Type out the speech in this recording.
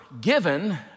given